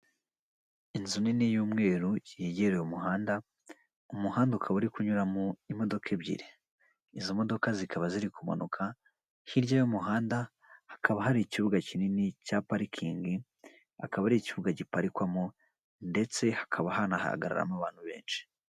Imodoka yikoreye imizigo yo mu bwoko bwa hoho isa umweru, inyuma yayo hakaba hari inzu ndende ifite amabara y'umweru ndetse n'ubururu ku hande hakaba hari indi hoho ifite amarange y'umutuku.